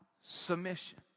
submission